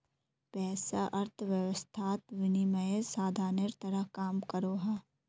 पैसा अर्थवैवस्थात विनिमयेर साधानेर तरह काम करोहो